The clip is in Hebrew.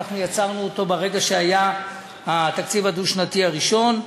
אנחנו יצרנו אותו ברגע שהיה התקציב הדו-שנתי הראשון,